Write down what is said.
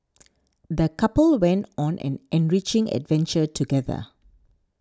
the couple went on an enriching adventure together